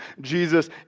Jesus